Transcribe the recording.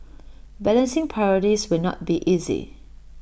balancing priorities will not be easy